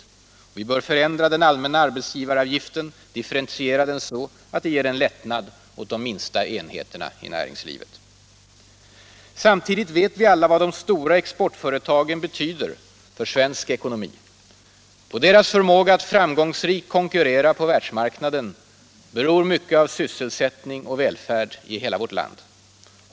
Och vi bör förändra den allmänna arbetsgivaravgiften, differentiera den så att det ger en lättnad åt de minsta enheterna i näringslivet. Samtidigt vet vi alla vad de stora exportföretagen betyder för svensk ekonomi. På deras förmåga att framgångsrikt konkurrera på världsmarknaden beror mycket av sysselsättning och välfärd i hela vårt land.